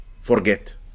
Forget